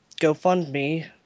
GoFundMe